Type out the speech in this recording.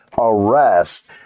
arrest